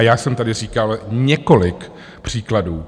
Já jsem tady říkal několik příkladů.